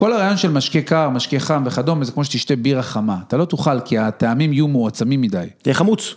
כל הרעיון של משקה קר, משקה חם וכדומה, זה כמו שתשתה בירה חמה. אתה לא תאכל כי הטעמים יהיו מועצמים מדי. זה חמוץ.